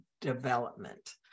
development